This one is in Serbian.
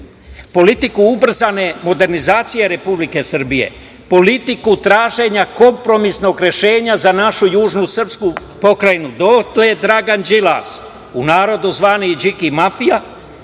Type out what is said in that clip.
politiku ubrzane modernizacije Republike Srbije, politiku traženja kompromisnog rešenja za našu južnu srpsku pokrajinu, dotle Dragan Đilas, u narodu zvani Điki mafija,